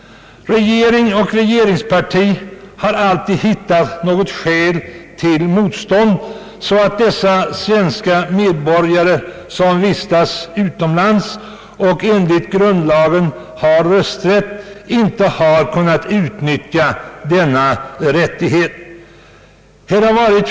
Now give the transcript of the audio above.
Regeringen och regeringspartiet har alltid hittat något skäl till motstånd, så att svenska medborgare som vistas utomlands och enligt grundlagen har rösträtt inte kunnat utnyttja denna rättighet.